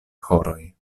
horoj